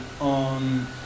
on